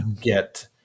get